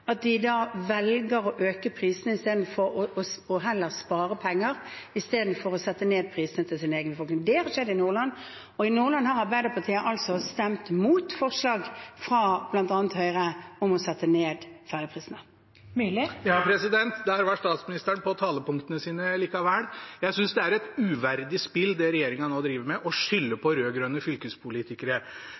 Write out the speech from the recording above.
at de da velger å øke prisene og heller spare penger, istedenfor å sette ned prisene. Det har skjedd i Nordland, og i Nordland har Arbeiderpartiet stemt mot forslag fra bl.a. Høyre om å sette ned ferjeprisene. Sverre Myrli – til oppfølgingsspørsmål. Der var statsministeren på talepunktene sine likevel. Jeg synes det er et uverdig spill, det regjeringen nå driver med, å skylde på rød-grønne fylkespolitikere.